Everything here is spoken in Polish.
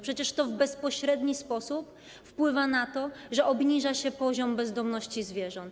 Przecież to w bezpośredni sposób wpływa na to, że obniża się poziom bezdomności zwierząt.